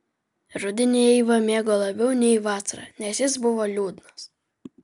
rudenį eiva mėgo labiau nei vasarą nes jis buvo liūdnas